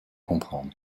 comprendre